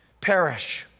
perish